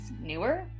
newer